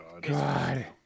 God